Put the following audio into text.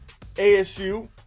ASU